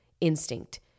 instinct